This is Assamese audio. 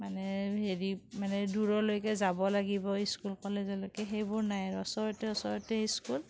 মানে হেৰি মানে দূৰলৈকে যাব লাগিব স্কুল কলেজলৈকে সেইবোৰ নাই আৰু ওচৰতে ওচৰতে স্কুল